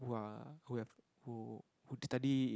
who are who have who did study in